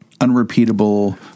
unrepeatable